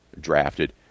drafted